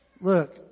Look